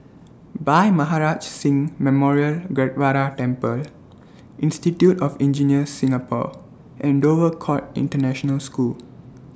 Bhai Maharaj Singh Memorial Gurdwara Temple Institute of Engineers Singapore and Dover Court International School